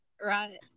right